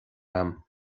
agam